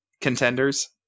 contenders